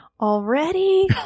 already